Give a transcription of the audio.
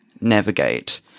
navigate